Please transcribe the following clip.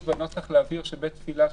כבר מוגדר כבית תפילה.